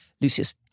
Lucius